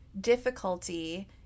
difficulty